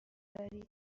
دارید